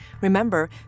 Remember